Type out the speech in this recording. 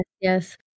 Yes